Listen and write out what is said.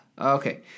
Okay